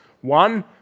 One